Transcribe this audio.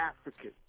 African